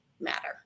matter